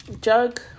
jug